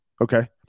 Okay